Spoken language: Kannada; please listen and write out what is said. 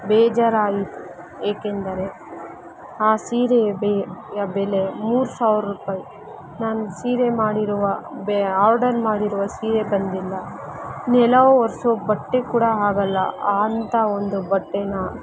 ಬೇಜರಾಯಿತು ಏಕೆಂದರೆ ಆ ಸೀರೆಯ ಬೆ ಯ ಬೆಲೆ ಮೂರು ಸಾವಿರ ರೂಪಾಯ್ ನಾನು ಸೀರೆ ಮಾಡಿರುವ ಬೆ ಆರ್ಡರ್ ಮಾಡಿರುವ ಸೀರೆ ಬಂದಿಲ್ಲ ನೆಲ ಒರೆಸೋ ಬಟ್ಟೆ ಕೂಡ ಆಗಲ್ಲ ಅಂಥಾ ಒಂದು ಬಟ್ಟೇ